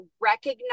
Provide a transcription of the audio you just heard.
recognize